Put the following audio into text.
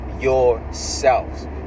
yourselves